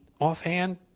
offhand